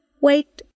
Wait